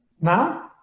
Now